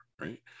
right